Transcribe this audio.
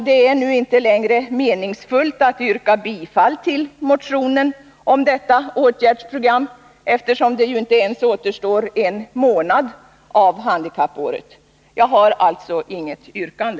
Det är nu inte längre meningsfullt att yrka bifall till vpk-motionen om detta åtgärdsprogram, eftersom det inte ens återstår en månad av handikappåret. Jag har alltså inget yrkande.